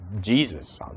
Jesus